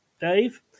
Dave